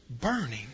burning